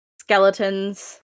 skeletons